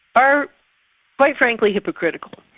are quite frankly, hypocritical.